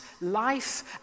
life